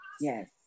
yes